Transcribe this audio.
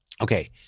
Okay